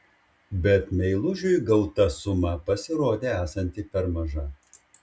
bet meilužiui gauta suma pasirodė esanti per maža